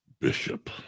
Bishop